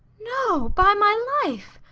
no, by my life,